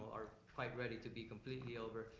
are quite ready to be completely over,